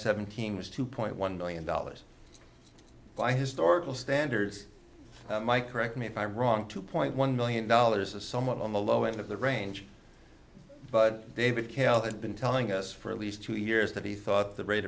seventeen was two point one billion dollars by historical standards my correct me if i'm wrong two point one million dollars to someone on the low end of the range but david came out and been telling us for at least two years that he thought the rate